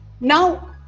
now